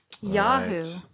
Yahoo